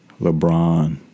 lebron